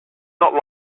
not